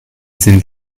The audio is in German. sind